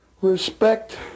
respect